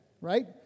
right